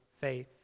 faith